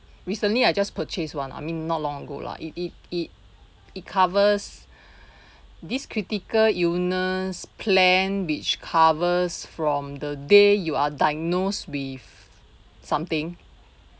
recently I just purchased one I mean not long ago lah it it it it covers this critical illness plan which covers from the day you are diagnosed with something